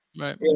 Right